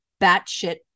batshit